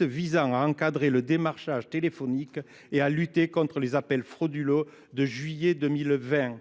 visant à encadrer le démarchage téléphonique et a lutté contre les appels frauduleux de juillet 2020.